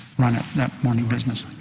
run at that morning business.